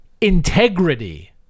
Integrity